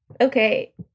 okay